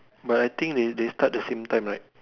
but I think they they start the same time right